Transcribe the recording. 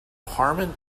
harman